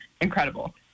incredible